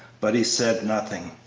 but he said nothing.